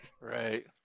Right